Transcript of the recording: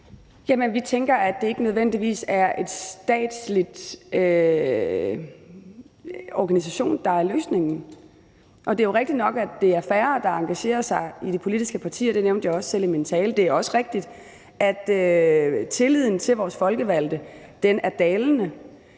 Vi tænker, at det ikke nødvendigvis er en statslig organisation, der er løsningen. Det er jo rigtigt nok, at det er færre, der engagerer sig i de politiske partier. Det nævnte jeg også selv i min tale. Det er også rigtigt, at tilliden til vores folkevalgte er dalende.